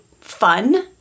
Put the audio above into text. fun